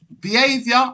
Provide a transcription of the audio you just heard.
behavior